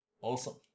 awesome